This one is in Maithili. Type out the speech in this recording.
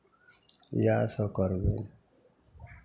इएहसभ करबै